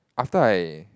after I